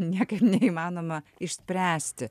niekaip neįmanoma išspręsti